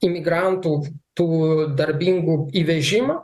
imigrantų tų darbingų įvežimą